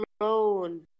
Alone